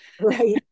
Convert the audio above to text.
right